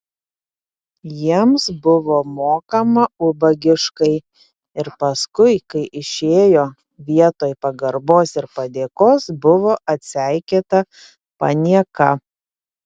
jiems buvo mokama ubagiškai ir paskui kai išėjo vietoj pagarbos ir padėkos buvo atseikėta panieka